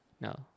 no